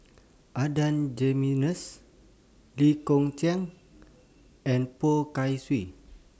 Adan Jimenez Lee Kong Chian and Poh Kay Swee